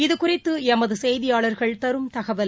இதுகுறித்துளமதுசெய்தியாளர்கள் தரும் தகவல்